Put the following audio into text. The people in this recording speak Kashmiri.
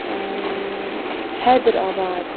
حیدرآباد